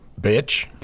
Bitch